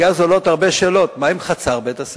כי אז עולות הרבה שאלות: מה עם חצר בית-הספר?